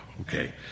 okay